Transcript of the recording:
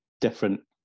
different